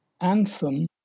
anthem